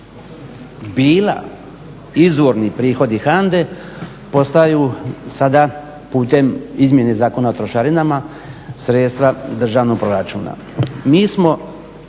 bila izvorni prihodi HANDE postaju sada putem izmjena Zakona o trošarinama sredstva državnog proračuna.